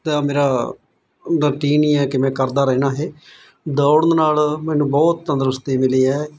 ਤਾਂ ਮੇਰਾ ਰੂਟੀਨ ਹੀ ਐ ਕਿ ਮੈਂ ਕਰਦਾ ਰਹਿਣਾ ਇਹ ਦੌੜਨ ਨਾਲ ਮੈਨੂੰ ਬਹੁਤ ਤੰਦਰੁਸਤੀ ਮਿਲੀ ਹੈ